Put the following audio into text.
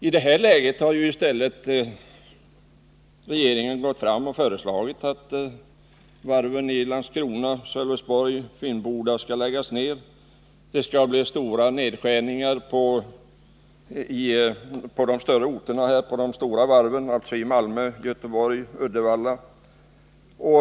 I det här läget har regeringen i stället föreslagit att varven i Landskrona och Sölvesborg samt Finnboda i Stockholm skulle läggas ned. Det skall vidare bli stora nedskärningar vid varven i Malmö, Göteborg och Uddevalla.